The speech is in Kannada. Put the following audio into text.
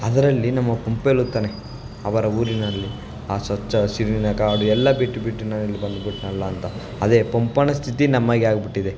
ಅದರಲ್ಲಿ ನಮ್ಮ ಪಂಪ ಹೇಳುತ್ತಾನೆ ಅವರ ಊರಿನಲ್ಲಿ ಆ ಸ್ವಚ್ಛ ಹಸಿರಿನ ಕಾಡು ಎಲ್ಲ ಬಿಟ್ಟುಬಿಟ್ಟು ನಾನಿಲ್ಲಿ ಬಂದುಬಿಟ್ನಲ್ಲಾ ಅಂತ ಅದೇ ಪಂಪನ ಸ್ಥಿತಿ ನಮಗೆ ಆಗಿಬಿಟ್ಟಿದೆ